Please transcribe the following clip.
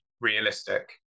realistic